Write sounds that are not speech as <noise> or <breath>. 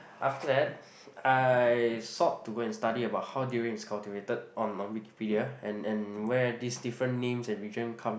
after that <breath> I sought to go and study about how durians is cultivated on on Wikipedia and and where these different names and region come